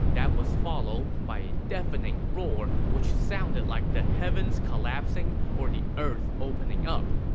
that was followed by a deafening roar, which sounded like the heaven collapsing or the earth opening up.